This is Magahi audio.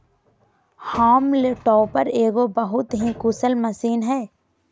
हॉल्म टॉपर एगो बहुत ही कुशल मशीन हइ